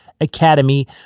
Academy